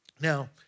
Now